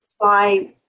apply